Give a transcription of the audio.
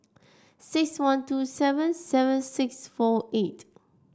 six one two seven seven six four eight